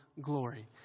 glory